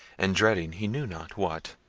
and dreading he knew not what,